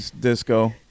Disco